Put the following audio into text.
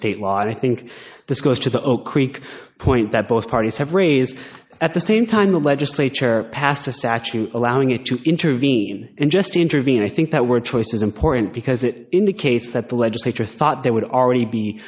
state law and i think this goes to the oak creek point that both parties have raised at the same time the legislature passed a statute allowing it to intervene and just intervene i think that were choice is important because it indicates that the legislature thought there would already be